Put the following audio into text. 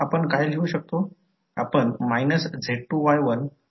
समजा या आकृती 10 मध्ये 2 कॉइलस् आहेत तेथे डॉट्स दाखवले आहेत